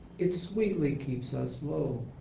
it sweetly keeps us low.